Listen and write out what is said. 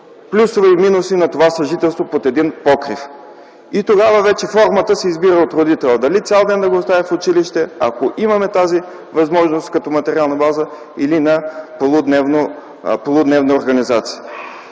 плюсове и минуси на това съжителство под един покрив. И тогава вече формата се избира от родителите – дали цял ден да го оставят в училище, ако имаме тази възможност като материална база, или на полудневна организация.